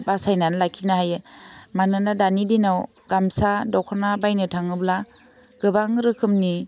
बासायनानै लाखिनो हायो मानोना दानि दिनाव गामसा दख'ना बायनो थाङोब्ला गोबां रोखोमनि